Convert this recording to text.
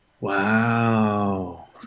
Wow